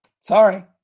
sorry